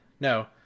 No